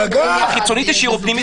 חיצונית השאירו פנימית לא.